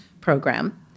program